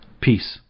peace